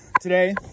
Today